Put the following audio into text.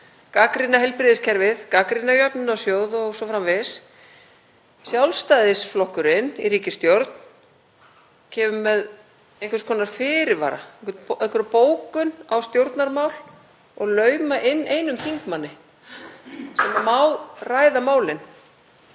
gagnrýna heilbrigðiskerfið, gagnrýna jöfnunarsjóð o.s.frv. Sjálfstæðisflokkurinn í ríkisstjórn kemur með einhvers konar fyrirvara, einhverja bókun á stjórnarmál og laumar inn einum þingmanni sem má ræða málin.